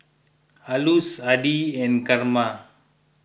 Alois Addie and Karma